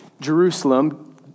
Jerusalem